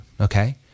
Okay